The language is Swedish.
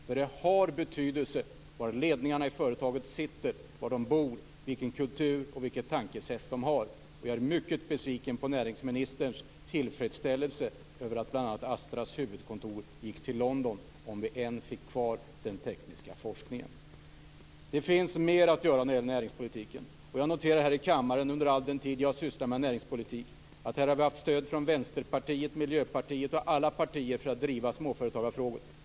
Det har faktiskt betydelse var företagens ledningar sitter och bor samt vilken kultur och vilket tankesätt de har. Jag är mycket besviken på näringsministerns tillfredsställelse över att bl.a. Astras huvudkontor gick till London, även om den tekniska forskningen fick vara kvar. Det finns mer att göra när det gäller näringspolitiken. Under hela den tid som jag sysslat med näringspolitik har jag i denna kammare noterat att vi har haft stöd av Vänsterpartiet och Miljöpartiet, ja, av alla partier, när det gällt att driva småföretagarfrågor.